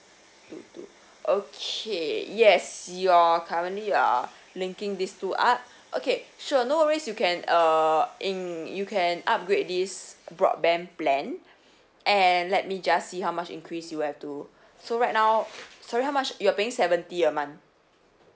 two two okay yes your currently uh linking these two up okay sure no worries you can err and you can upgrade this broadband plan and let me just see how much increase you have to so right now sorry how much you're paying seventy a month